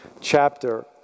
chapter